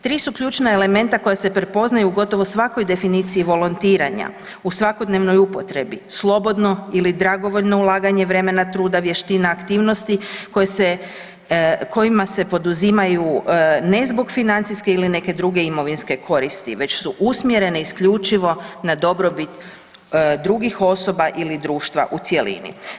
Tri su ključna elementa koja se prepoznaju u gotovo svakoj definiciji volontiranja u svakodnevnoj upotrebi, slobodno ili dragovoljno ulaganje vremena, truda, vještina, aktivnosti koje se, kojima se poduzimaju ne zbog financijske ili neke druge imovinske koristi već su usmjerene isključivo na dobrobit drugih osoba ili društva u cjelini.